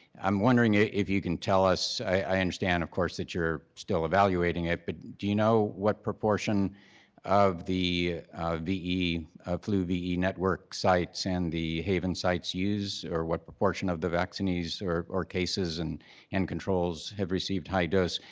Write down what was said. i'm wondering if you can tell us i understand, of course, that you're still evaluating it, but do you know what proportion of the ve, flu ve network sites and the haven sites use or what proportion of the those vaccinated or or cases and and controls have received high dose?